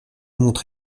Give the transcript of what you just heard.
montre